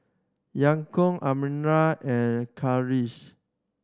Yaakob Amirah and Khalish